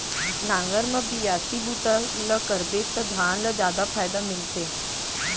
नांगर म बियासी बूता ल करबे त धान ल जादा फायदा मिलथे